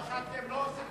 מה שאתם לא עושים.